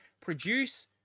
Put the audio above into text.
produce